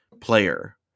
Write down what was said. player